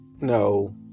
No